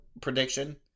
prediction